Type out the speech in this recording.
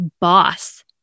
boss